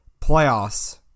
playoffs